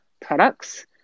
products